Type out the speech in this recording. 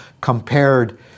compared